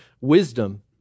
wisdom